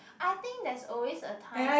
I think there's always a time